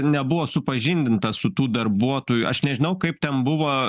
nebuvo supažindintas su tų darbuotojų aš nežinau kaip ten buvo